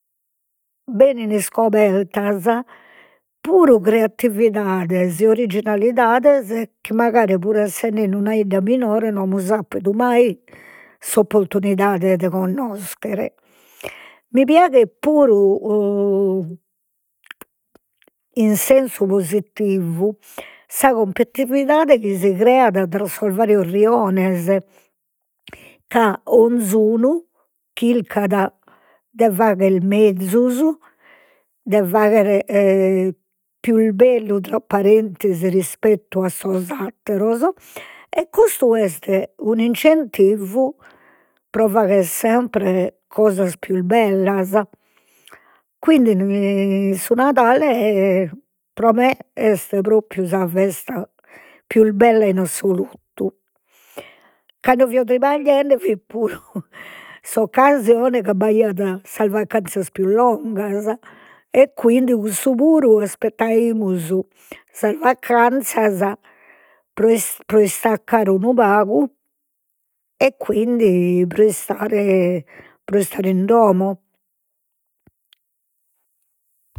Benin iscobertas puru creatividades e originalidades chi, puru essende in una 'idda minore, no amus appidu mai s'opportunidade de connoschere, mi piaghet puru in sensu positivu sa chi si creat tra sos varios riones, ca 'onzunu chircat de fagher mezus, de fagher pius bellu, tra parentisi rispettu a sos atteros e custu est un'incentivu pro fagher sempre cosas pius bellas, quindi su Nadale pro me est sa festa pius bella in assolutu, cando fio tribagliende fit puru s'occasione ca b'aiat sas vacanzias pius longas e quindi cussu puru aspettaimus sas vacanzias pro pro istaccare unu pagu e quindi pro istare pro istare in domo